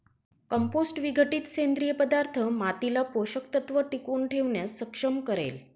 compost विघटित सेंद्रिय पदार्थ मातीला पोषक तत्व टिकवून ठेवण्यास सक्षम करेल